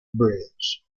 bridge